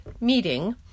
meeting